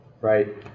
right